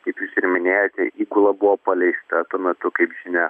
kaip jūs ir minėjote įgula buvo paleista tuo metu kaip žinia